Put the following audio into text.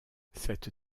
cette